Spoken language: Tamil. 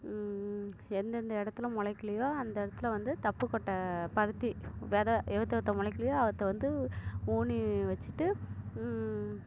எந்தெந்த இடத்துல முளக்கிலையோ அந்த இடத்துல வந்து தப்பு கொட்டை பருத்தி வித எவுத்த எவுத்த முளக்கிலையோ அவத்த வந்து ஊனி வச்சிட்டு